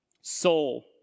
soul